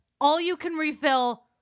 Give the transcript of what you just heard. all-you-can-refill